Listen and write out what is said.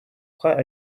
quite